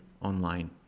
online